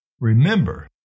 Remember